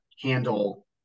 handle